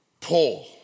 Paul